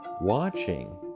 watching